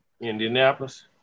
Indianapolis